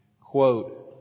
quote